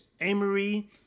Amory